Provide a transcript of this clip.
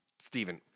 Stephen